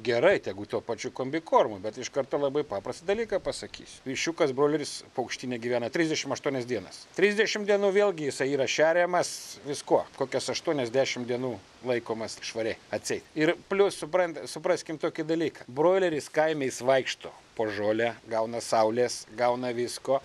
gerai tegu tuo pačiu kombikormu bet iš karto labai paprastą dalyką pasakysiu viščiukas broileris paukštyne gyvena trisdešim aštuonias dienas trisdešim dienų vėlgi jisai yra šeriamas viskuo kokias aštuonias dešim dienų laikomas švariai atseit ir plius supranta supraskim tokį dalyką broileris kaime jis vaikšto po žolę gauna saulės gauna visko